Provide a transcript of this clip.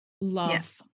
love